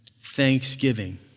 thanksgiving